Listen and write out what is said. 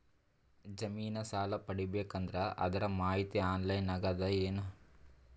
ಜಮಿನ ಸಾಲಾ ಪಡಿಬೇಕು ಅಂದ್ರ ಅದರ ಮಾಹಿತಿ ಆನ್ಲೈನ್ ನಾಗ ಅದ ಏನು?